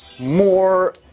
More